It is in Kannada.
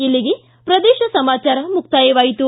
ಇಲ್ಲಿಗೆ ಪ್ರದೇಶ ಸಮಾಚಾರ ಮುಕ್ತಾಯವಾಯಿತು